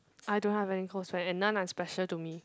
I don't have any close friend and none are special to me